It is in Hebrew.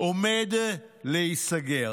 עומד להיסגר.